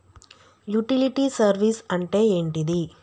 Utility service అంటే ఏంటిది?